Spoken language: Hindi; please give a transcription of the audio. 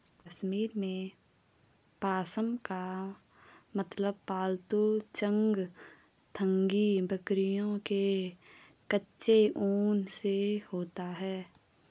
कश्मीर में, पश्म का मतलब पालतू चंगथांगी बकरियों के कच्चे ऊन से होता है